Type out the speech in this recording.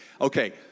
Okay